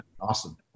Awesome